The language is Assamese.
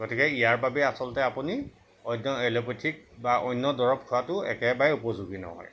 গতিকে ইয়াৰবাবে আপুনি অন্য এলোপেথিক বা অন্য দৰব খোৱাটো একেবাৰে উপযোগী নহয়